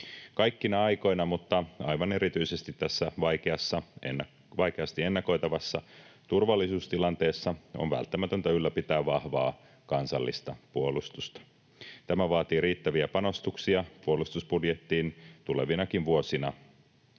Kaikkina aikoina, mutta aivan erityisesti tässä vaikeasti ennakoitavassa turvallisuustilanteessa, on välttämätöntä ylläpitää vahvaa kansallista puolustusta. Tämä vaatii riittäviä panostuksia puolustusbudjettiin tulevinakin vuosina